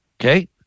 Okay